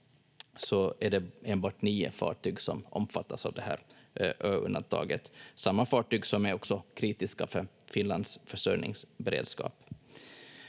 enbart nio fartyg som omfattas av det här ö-undantaget, samma fartyg som också är kritiska för Finlands försörjningsberedskap.